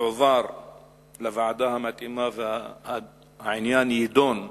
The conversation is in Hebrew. יועבר לוועדה המתאימה והעניין יידון לעומק,